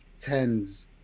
tens